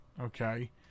okay